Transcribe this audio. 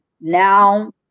now